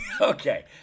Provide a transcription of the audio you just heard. Okay